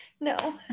No